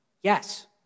Yes